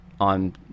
on